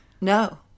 No